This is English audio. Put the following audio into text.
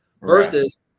Versus